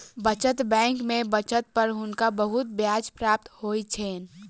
बचत बैंक में बचत पर हुनका बहुत ब्याज प्राप्त होइ छैन